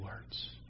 words